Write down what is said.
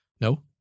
No